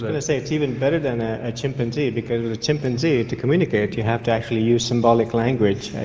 going to say, it's even better than a chimpanzee because with a chimpanzee to communicate you have to actually use symbolic language,